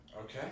Okay